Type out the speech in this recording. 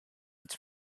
its